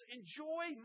enjoy